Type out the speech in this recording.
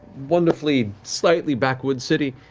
wonderfully slightly backwards city